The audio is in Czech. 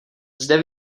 zde